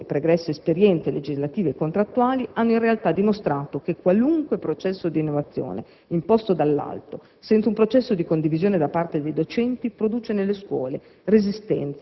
Numerose pregresse esperienze legislative e contrattuali hanno in realtà dimostrato che qualunque processo di innovazione imposto dall'alto, senza un processo di condivisione da parte dei docenti, produce nelle scuole